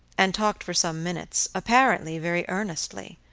and talked for some minutes, apparently very earnestly.